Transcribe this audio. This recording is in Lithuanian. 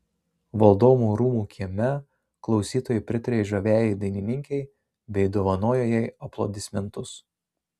valdovų rūmų kieme klausytojai pritarė žaviajai dainininkei bei dovanojo jai aplodismentus